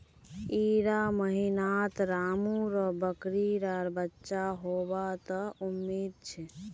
इड़ा महीनात रामु र बकरी डा बच्चा होबा त उम्मीद छे